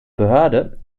behörde